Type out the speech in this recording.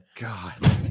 God